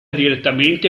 direttamente